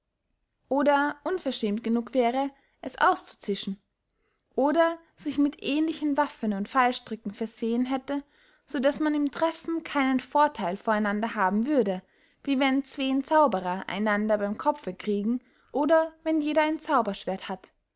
oder unverschämt genug wäre es auszuzischen oder sich mit ähnlichen waffen und fallstricken versehen hätte so daß man im treffen keinen vortheil vor einander haben würde wie wenn zween zauberer einander beym kopfe kriegen oder wenn jeder ein zauberschwerdt hat